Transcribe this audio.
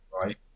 Right